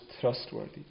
trustworthy